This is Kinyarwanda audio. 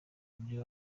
buryo